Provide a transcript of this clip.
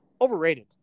overrated